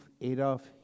Adolf